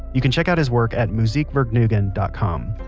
you can check out his work at musikvergnuegen dot com.